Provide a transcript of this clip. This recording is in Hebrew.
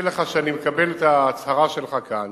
אחר כך הם